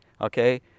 okay